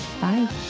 Bye